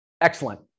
Excellent